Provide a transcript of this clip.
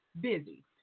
busy